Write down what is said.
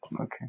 Okay